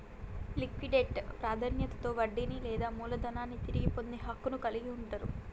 liquidate ప్రాధాన్యతలో వడ్డీని లేదా మూలధనాన్ని తిరిగి పొందే హక్కును కలిగి ఉంటరు